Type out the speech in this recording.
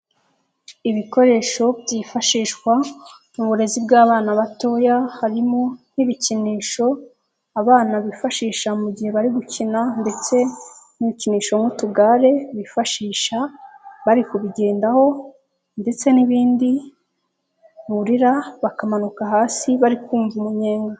Ibikoresho byifashishwa mu burezi bw'abana batoya harimo n'ibikinisho abana bifashisha mu gihe bari gukina ndetse n'ibikinisho n'utugare bifashisha bari kubigendaho ndetse n'ibindi burira bakamanuka hasi bari kumva umunyenga.